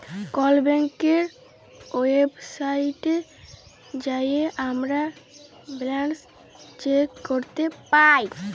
call ব্যাংকের ওয়েবসাইটে যাঁয়ে আমরা ব্যাল্যান্স চ্যাক ক্যরতে পায়